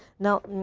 now,